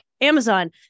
Amazon